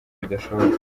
bidashoboka